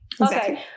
okay